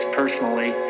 personally